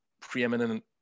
preeminent